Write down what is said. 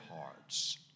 hearts